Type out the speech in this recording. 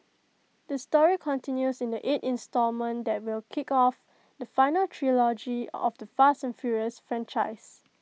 the story continues in the eight instalment that will kick off the final trilogy of the fast and furious franchise